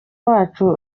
wacu